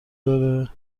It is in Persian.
داره